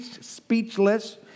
speechless